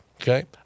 Okay